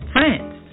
France